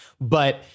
But-